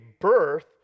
birth